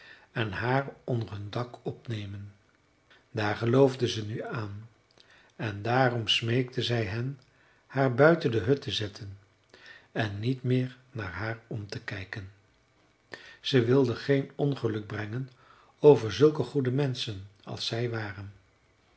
en haar onder hun dak opnemen daar geloofde ze nu aan en daarom smeekte zij hen haar buiten de hut te zetten en niet meer naar haar om te kijken ze wilde geen ongeluk brengen over zulke goede menschen als zij waren